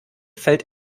fällt